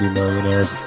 Millionaires